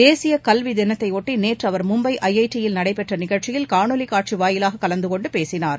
தேசிய கல்வி தினத்தையொட்டி நேற்று அவர் மும்பை ஐஐடியில் நடைபெற்ற நிகழ்ச்சியில் காணொளி காட்சி வாயிலாக கலந்து கொண்டு பேசினார்